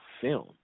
film